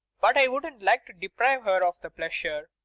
but i wouldn't like to deprive her of the pleasure.